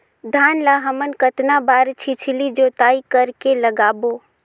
धान ला हमन कतना बार छिछली जोताई कर के लगाबो?